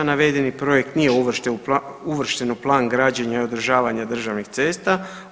Navedeni projekt nije uvršten u plan građenja i održavanja državnih cesta.